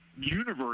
universe